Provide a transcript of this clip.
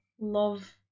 love